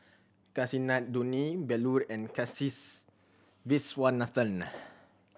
Kasinadhuni Bellur and Kasiviswanathan